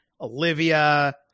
Olivia